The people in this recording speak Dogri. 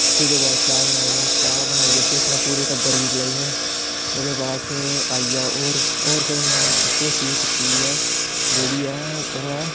फ्ही ओह्दे बाद चाह् बनाई में चाह् बनाइयै फिर अपने पूरे टब्बर गी पलैई में ओह्दे बाद च आई गेआ होर होर फिर में इक होर चीज़ कीती दी ऐ जेह्ड़ी ऐ ओह् ऐ